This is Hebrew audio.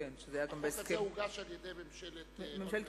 החוק הזה הוגש על-ידי ממשלת אולמרט.